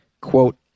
quote